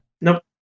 nope